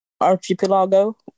archipelago